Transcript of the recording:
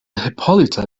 hippolyta